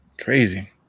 Crazy